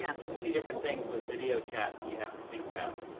yeah so many different things with video chat that you have to think about.